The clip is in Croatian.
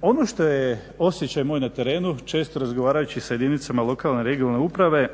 Ono što je osjećaj moj na terenu, često razgovarajući s jedinicama lokalne i regionalne uprave,